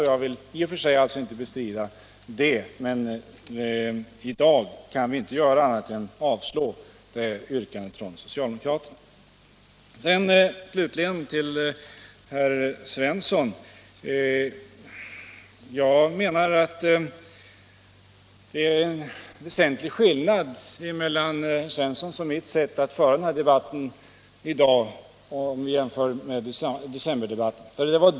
Jag vill alltså i och för sig inte bestrida det, men i dag kan utskottet inte göra annat än avstyrka socialdemokraternas yrkande. Slutligen till herr Svensson i Malmö: Jag menar att det är en väsentlig skillnad mellan herr Svenssons och mitt sätt att föra den här debatten i dag i jämförelse med hur det var i decemberdebatten.